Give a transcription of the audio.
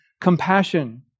compassion